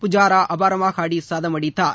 புஜாரா அபாரமாக ஆடி சதம் அடித்தார்